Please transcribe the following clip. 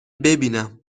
ببینم